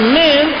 men